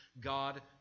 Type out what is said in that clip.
God